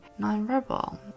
nonverbal